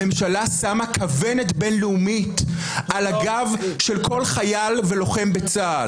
הממשלה שמה כוונת בין-לאומית על הגב של כל חייל ולוחם בצה"ל.